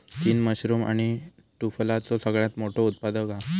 चीन मशरूम आणि टुफलाचो सगळ्यात मोठो उत्पादक हा